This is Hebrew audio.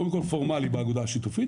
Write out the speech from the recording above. קודם כל פורמלי באגודה השיתופית,